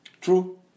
true